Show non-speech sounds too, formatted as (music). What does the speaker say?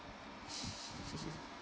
(laughs)